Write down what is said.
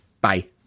Bye